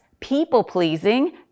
people-pleasing